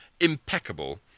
impeccable